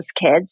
kids